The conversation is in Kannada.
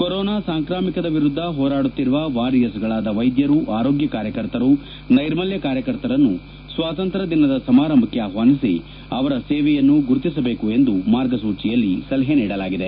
ಕೊರೋನಾ ಸಾಂಕ್ರಾಮಿಕದ ವಿರುದ್ದ ಹೋರಾಡುತ್ತಿರುವ ವಾರಿಯರ್ಸ್ಗಳಾದ ವೈದ್ಯರು ಆರೋಗ್ಯ ಕಾರ್ಯಕರ್ತರು ನೈರ್ಮಲ್ಯ ಕಾರ್ಯಕರ್ತರನ್ನು ಸ್ವಾತಂತ್ರ್ಯ ದಿನದ ಸಮಾರಂಭಕ್ಕೆ ಆಹ್ವಾನಿಸಿ ಅವರ ಸೇವೆಯನ್ನು ಗುರುತಿಸಬೇಕು ಎಂದು ಮಾರ್ಗಸೂಚಿಯಲ್ಲಿ ಸಲಹೆ ನೀಡಲಾಗಿದೆ